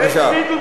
בבקשה.